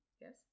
Yes